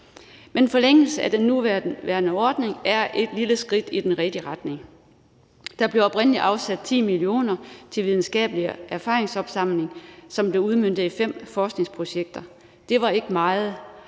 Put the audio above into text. En forlængelse af den nuværende ordning er et lille skridt i den rigtige retning. Der blev oprindelig afsat 10 mio. kr. til videnskabelig erfaringsopsamling, som blev udmøntet i fem forskningsprojekter. Det var ikke meget,